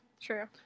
True